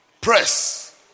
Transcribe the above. Press